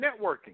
networking